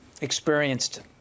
experienced